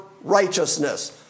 righteousness